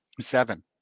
Seven